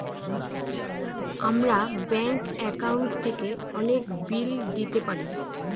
আমরা bank account থেকে অনেক বিল দিতে পারি